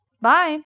Bye